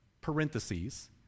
parentheses